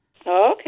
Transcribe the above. Okay